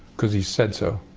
because he said so,